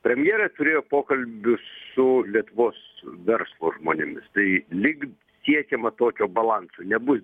premjeras turėjo pokalbius su lietuvos verslo žmonėmis tai lyg siekiama tokio balanso nebus